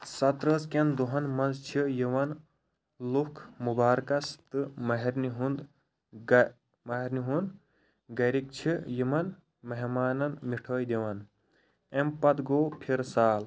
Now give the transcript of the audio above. ستہٕ رٲژ کیٚن دۄہَن مَنٛز چھِ یوان لوٗکھ مُبارکَس تہٕ ماہرنہِ ہُنٛد گہَ ماہرنہِ ہُنٛد گھرِکۍ چھِ یمن مہمانن مِٹھٲے دِوان اَمہِ پَتہٕ گوٚو پھِرٕ سال